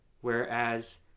Whereas